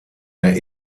der